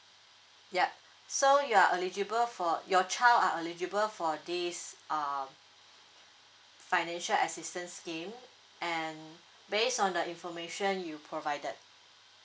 ya so you are eligible for your child are eligible for this uh financial assistance scheme and based on the information you provided